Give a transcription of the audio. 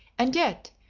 and yet,